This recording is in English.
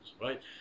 right